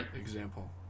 Example